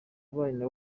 bene